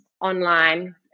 online